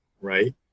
right